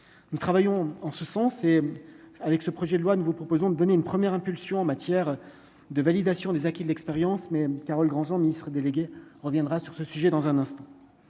nous travaillons en ce sens et avec ce projet de loi, nous vous proposons de donner une première impulsion en matière de validation des acquis de l'expérience, mais Carole Granjean ministre délégué reviendra sur ce sujet dans un instant,